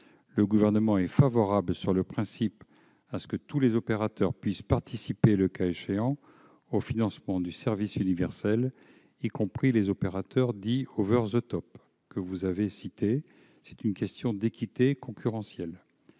le Gouvernement est favorable sur le principe à ce que tous les opérateurs puissent participer, le cas échéant, au financement du service universel, y compris les opérateurs dits que vous avez cités. C'est une question d'équité concurrentielle